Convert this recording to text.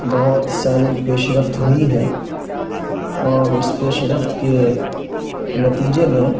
بہت ساری پیش رفت ہوئی ہیں اور اس پیش رفت کے نتیجے میں